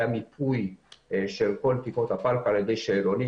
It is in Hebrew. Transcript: היה מיפוי של כל תקרות הפלקל על ידי שאלונים,